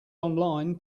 online